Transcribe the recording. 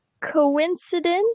Coincidence